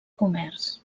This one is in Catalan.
comerç